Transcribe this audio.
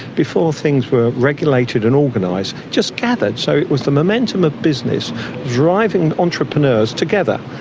before things were regulated and organised, just gathered. so it was the momentum of business driving entrepreneurs together,